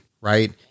right